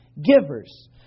givers